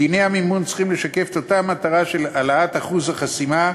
דיני המימון צריכים לשקף את אותה המטרה של העלאת אחוז החסימה.